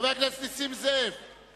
חבר הכנסת נסים זאב,